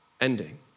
ending